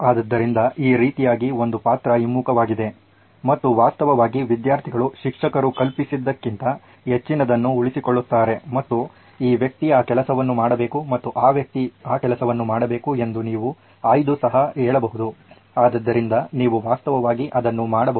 ಆದ್ದರಿಂದ ಈ ರೀತಿಯಾಗಿ ಒಂದು ಪಾತ್ರ ಹಿಮ್ಮುಖವಾಗಿದೆ ಮತ್ತು ವಾಸ್ತವವಾಗಿ ವಿದ್ಯಾರ್ಥಿಗಳು ಶಿಕ್ಷಕರು ಕಲ್ಪಿಸಿದಕ್ಕಿಂತ ಹೆಚ್ಚಿನದನ್ನು ಉಳಿಸಿಕೊಳ್ಳುತ್ತಾರೆ ಮತ್ತು ಈ ವ್ಯಕ್ತಿ ಈ ಕೆಲಸವನ್ನು ಮಾಡಬೇಕು ಮತ್ತು ಆ ವ್ಯಕ್ತಿ ಆ ಕೆಲಸವನ್ನು ಮಾಡಬೇಕು ಎಂದು ನೀವು ಆಯ್ದು ಸಹ ಹೇಳಬಹುದು ಆದ್ದರಿಂದ ನೀವು ವಾಸ್ತವವಾಗಿ ಅದನ್ನು ಮಾಡಬಹುದು